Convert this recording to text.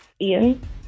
Ian